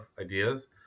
ideas